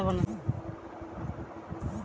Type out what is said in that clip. दस साल बाद एक लाखेर निवेश बहुत गुना फायदा दी तोक